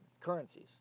currencies